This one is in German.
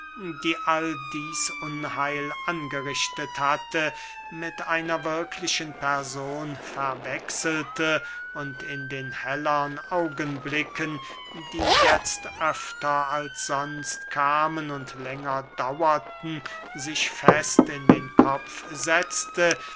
die all dieß unheil angerichtet hatte mit einer wirklichen person verwechselte und in den hellern augenblicken die jetzt öfter als sonst kamen und länger dauerten sich fest in den kopf setzte